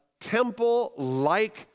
temple-like